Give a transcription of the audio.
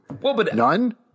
None